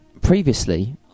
previously